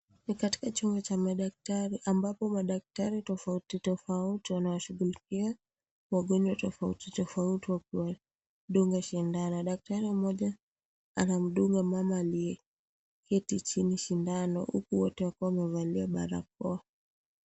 Ni katika chumba cha madaktari, ambapo madaktari tofauti tofauti wanawashughulikia wagonjwa tofauti tofauti wakiwadunga sindano. Daktari mmoja anamdunga mama aliyeketi chini sindano, huku wote wakiwa wamevalia barakoa.